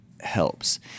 helps